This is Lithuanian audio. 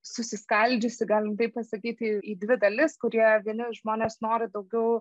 susiskaldžiusi galim taip pasakyti į dvi dalis kurie vieni žmonės nori daugiau